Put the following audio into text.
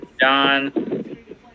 John